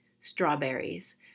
strawberries